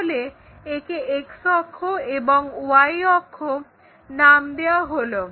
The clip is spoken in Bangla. তাহলে একে X অক্ষ এবং Y অক্ষ নাম দেওয়া হল